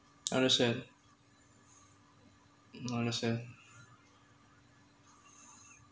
understand mm understand